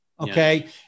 okay